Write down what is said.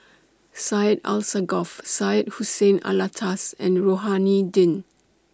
Syed Alsagoff Syed Hussein Alatas and Rohani Din